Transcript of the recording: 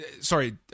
sorry